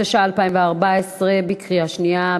התשע"ה 2014, בקריאה שנייה.